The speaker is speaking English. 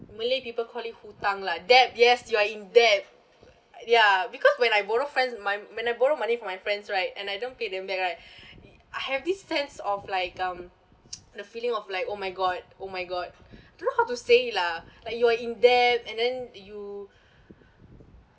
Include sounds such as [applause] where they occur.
malay people call it hutang lah debt yes you are in debt ya because when I borrow friends mon~ when I borrow money from my friends right and I don't pay them back right [breath] I have this sense of like um [noise] the feeling of like oh my god oh my god [breath] don't know how to say lah [breath] like you are in debt and then you